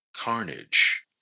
Carnage